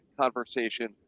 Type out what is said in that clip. conversation